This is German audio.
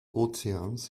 ozeans